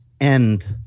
End